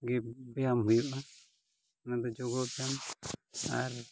ᱜᱮ ᱵᱮᱭᱟᱢ ᱦᱩᱭᱩᱜᱼᱟ ᱚᱱᱟᱫᱚ ᱡᱚᱜᱽ ᱵᱮᱭᱟᱢ ᱟᱨ